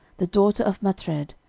the daughter of matred,